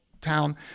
town